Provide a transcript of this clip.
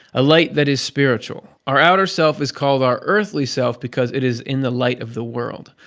a light that is spiritual. our outer self is called our earthly self because it is in the light of the world,